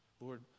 Lord